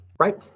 Right